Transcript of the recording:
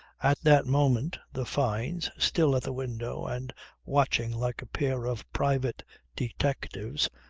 at that moment the fynes, still at the window and watching like a pair of private detectives,